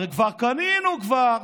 הרי כבר קנינו את